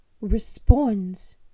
responds